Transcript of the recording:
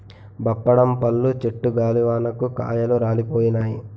బప్పడం పళ్ళు చెట్టు గాలివానకు కాయలు రాలిపోయినాయి